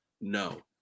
No